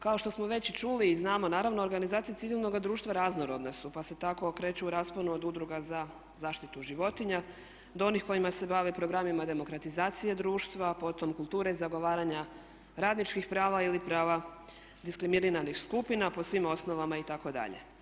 Kao što smo već i čuli i znamo naravno organizacije civilnoga društva raznorodne su pa se tako okreću u rasponu od udruga za zaštitu životinja do onih kojima se bave programima demokratizacije društva, potom kulture zagovaranja radničkih prava ili prava diskriminiranih skupina po svim osnovama itd.